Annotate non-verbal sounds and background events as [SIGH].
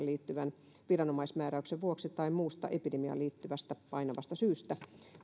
[UNINTELLIGIBLE] liittyvän viranomaismääräyksen vuoksi tai muusta epidemiaan liittyvästä painavasta syystä